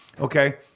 Okay